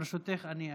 ברשותך, אני אגיב.